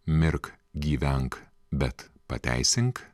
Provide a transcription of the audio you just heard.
mirk gyvenk bet pateisink